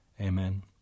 Amen